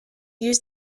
use